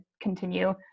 continue